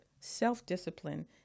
self-discipline